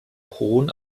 hohen